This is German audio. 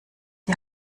die